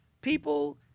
People